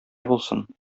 булсын